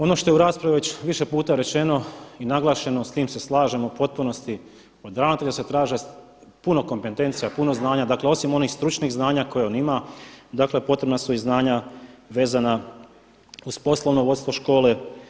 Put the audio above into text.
Ono što je u raspravi već više puta rečeno i naglašeno s time se slažem u potpunosti, od ravnatelja se traže puno kompetencija, puno znanja, dakle osim onih stručnih znanja koje on ima dakle potrebna su i znanja vezana uz poslovno vodstvo škole.